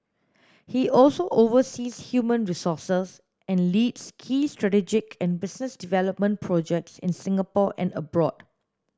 he also oversees human resources and leads key strategic and business development projects in Singapore and abroad